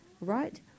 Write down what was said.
Right